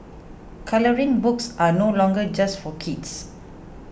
colouring books are no longer just for kids